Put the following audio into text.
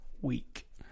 week